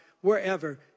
wherever